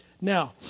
now